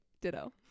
Ditto